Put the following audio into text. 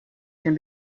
can